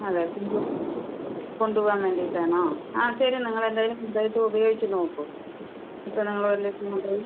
അതെ ഇതും കൊണ്ട് പോവാൻ വേണ്ടീട്ട് ആണോ ആ ശരി നിങ്ങൾ എന്തായാലും ഇത് ആയിട്ട് ഉപയോഗിച്ച് നോക്കൂ ഇപ്പോൾ നിങ്ങൾ ഒരു ലിറ്ററിന് മുകളിൽ